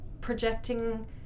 projecting